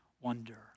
wonder